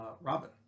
Robin